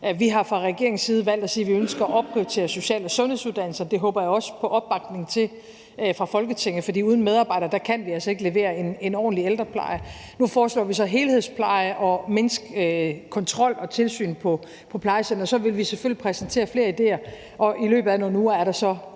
vi har fra regeringens side valgt at sige, at vi ønsker at opprioritere social- og sundhedsuddannelser, og det håber jeg også at få opbakning til fra Folketinget, for uden medarbejdere kan vi altså ikke levere en ordentlig ældrepleje. Nu foreslår vi så helhedspleje og kontrol og tilsyn på plejecentre. Så vil vi selvfølgelig præsentere flere idéer, og i løbet af nogle uger er der så